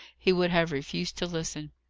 he would have refused to listen.